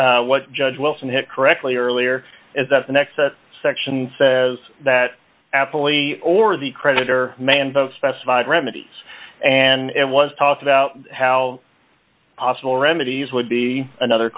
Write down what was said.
what judge wilson hit correctly earlier is that the next section says that absolutely or the creditor mans of specified remedies and was talked about how possible remedies would be another